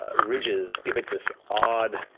ah ridges give it this odd,